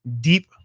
deep